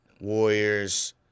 Warriors